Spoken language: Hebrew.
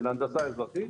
של ההנדסה האזרחית,